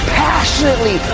passionately